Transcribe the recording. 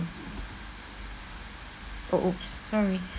oh !oops! sorry